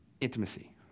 intimacy